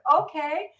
okay